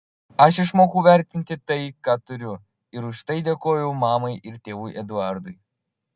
aš išmokau vertinti tai ką turiu ir už tai dėkoju mamai ir tėvui eduardui